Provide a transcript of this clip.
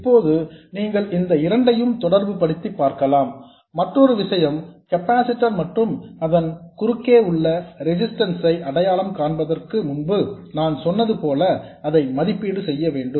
இப்போது நீங்கள் இந்த இரண்டையும் தொடர்புபடுத்திப் பார்க்கலாம் மற்றொரு விஷயம் கெப்பாசிட்டர் மற்றும் அதன் குறுக்கே உள்ள ரேசிஸ்டன்ஸ் ஐ அடையாளம் காண்பதற்கு முன்பு நான் சொன்னது போல அதை மதிப்பீடு செய்ய வேண்டும்